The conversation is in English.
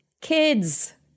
kids